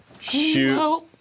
Shoot